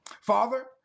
Father